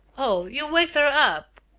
oh, you waked her up!